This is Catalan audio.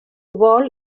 vol